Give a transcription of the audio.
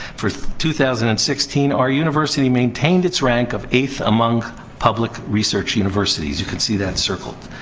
for two thousand and sixteen, our university maintained its rank of eighth among public research universities. you can see that circled.